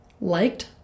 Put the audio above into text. liked